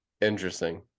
interesting